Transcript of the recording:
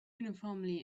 uniformly